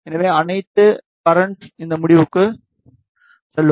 எனவே அனைத்து கரன்ஸ் இந்த முடிவுக்கு செல்லும்